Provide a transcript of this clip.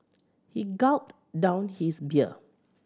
he gulped down his beer